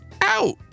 out